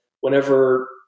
whenever